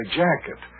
jacket